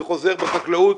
זה חוזר בחקלאות,